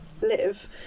live